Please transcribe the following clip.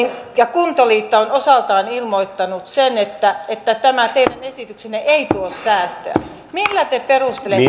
kuntaliitto on osaltaan ilmoittanut sen että että tämä teidän esityksenne ei tuo säästöjä millä te perustelette